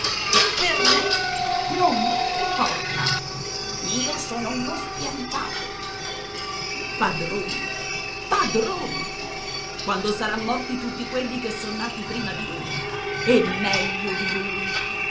per me non me ne importa io sono uno spiantato padrone padrone quando saran morti tutti quelli che son nati prima di lui e meglio di lui